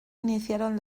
iniciaron